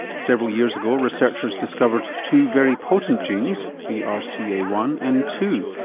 several years ago, researchers discovered two very potent genes, b r c a one and two.